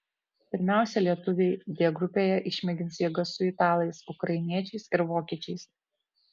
pirmiausia lietuviai d grupėje išmėgins jėgas su italais ukrainiečiais ir vokiečiais